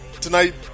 Tonight